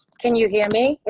can you hear me,